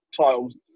titles